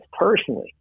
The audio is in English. personally